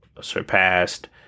surpassed